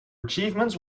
achievements